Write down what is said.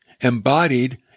embodied